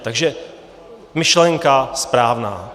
Takže myšlenka správná.